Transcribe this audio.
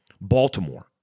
Baltimore